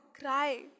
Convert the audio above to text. cry